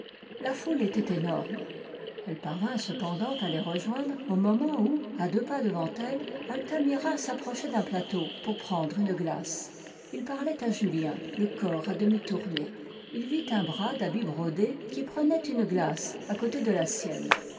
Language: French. la foule était énorme elle parvint cependant à les rejoindre au moment où à deux pas devant elle altamira s'approchait d'un plateau pour prendre une glace il parlait à julien le corps à demi tourné il vit un bras d'habit brodé qui prenait une glace à côté de la sienne